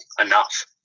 enough